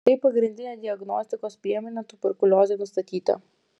tai pagrindinė diagnostikos priemonė tuberkuliozei nustatyti